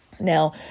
Now